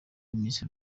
miss